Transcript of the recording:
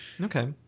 Okay